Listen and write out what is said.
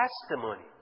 testimony